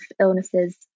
illnesses